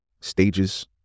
Stages